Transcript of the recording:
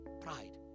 Pride